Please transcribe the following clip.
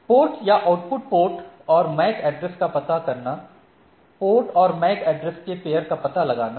port या output port और MAC address का पता करना पोर्ट और मैक एड्रेस के पेयर का पता लगाना